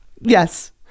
Yes